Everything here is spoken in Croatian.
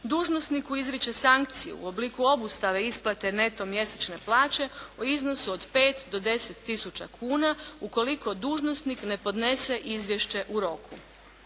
dužnosniku izriče sankciju u obliku obustave isplate neto mjesečne plaće u iznosu od 5 do 10 tisuća kuna, ukoliko dužnosnik ne podnese izvješće u roku